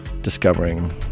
discovering